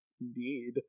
Indeed